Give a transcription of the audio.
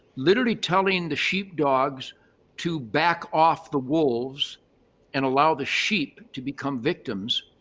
literally telling the sheep dogs to back off the wolves and allow the sheep to become victims,